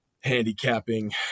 handicapping